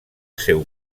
seu